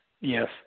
yes